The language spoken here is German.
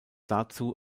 dazu